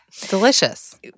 delicious